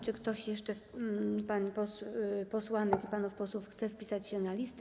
Czy ktoś jeszcze z pań posłanek i panów posłów chce wpisać się na listę?